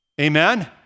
Amen